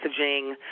messaging